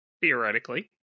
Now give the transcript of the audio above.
Theoretically